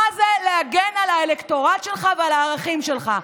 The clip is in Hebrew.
מה זה להגן על האלקטורט שלך ועל הערכים שלך.